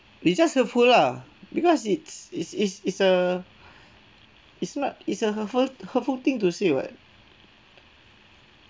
it's just hurtful lah because it's is is it's a it's not it's a hurtful hurtful thing to say [what]